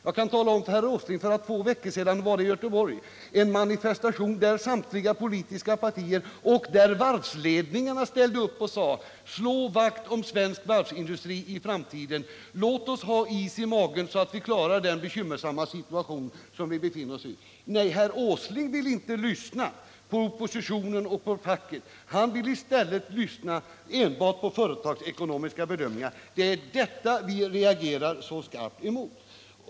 Jag kan tala om för herr Åsling att det för två veckor sedan ägde rum en manifestation i Göteborg, där samtliga politiska partier och varvsledningarna ställde upp och sade: Slå vakt om svensk varvsindustri i framtiden, låt oss ha is i magen, så att vi klarar den bekymmersamma situation som vi nu befinner oss i. Nej, herr Åsling vill inte lyssna på oppositionen och facket. Han vill i stället enbart rätta sig efter företagsekonomiska bedömningar. Det är detta vi reagerar så starkt emot.